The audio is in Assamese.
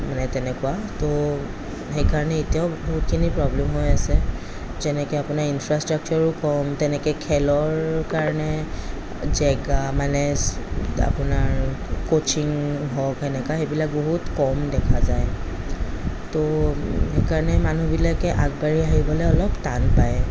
মানে তেনেকুৱা ত' সেইকাৰণে এতিয়াও বহুতখিনি প্ৰবলেম হৈ আছে যেনেকৈ আপোনাৰ ইনফ্ৰাষ্ট্ৰাকচাৰো কম তেনেকৈ খেলৰ কাৰণে জেগা মানে আপোনাৰ কচিং হওক সেনেকুৱা সেইবিলাক বহুত কম দেখা যায় ত' সেইকাৰণে মানুহবিলাকে আগবাঢ়ি আহিবলৈ অলপ টান পায়